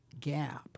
gap